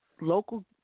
local